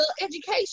education